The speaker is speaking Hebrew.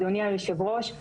אדוני יושב הראש,